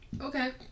Okay